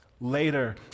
later